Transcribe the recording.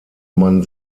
man